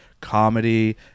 comedy